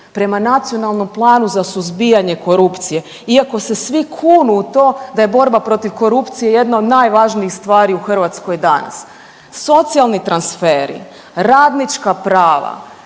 prema Nacionalnom planu za suzbijanje korupcije, iako se svi kunu u to da je borba protiv korupcije jedna od najvažnijih stvari u Hrvatskoj danas. Socijalni transferi, radnička prava,